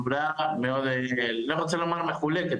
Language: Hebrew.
לא רוצה לומר מחולקת,